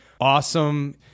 awesome